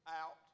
out